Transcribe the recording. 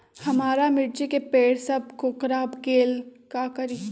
हमारा मिर्ची के पेड़ सब कोकरा गेल का करी?